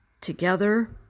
together